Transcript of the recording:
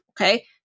okay